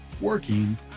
working